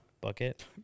bucket